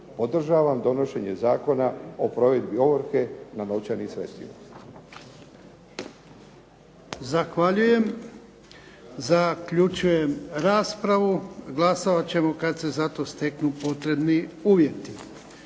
podržavam donošenje Zakona o provedbi ovrhe na novčanim sredstvima.